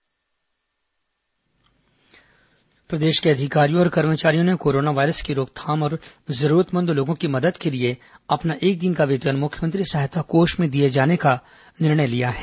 corona CM राहत कोष प्रदेश के अधिकारियों और कर्मचारियों ने कोरोना वायरस की रोकथाम और जरूरतमंदों की मदद के लिए अपना एक दिन का वेतन मुख्यमंत्री सहायता कोष में दिए जाने का निर्णय लिया है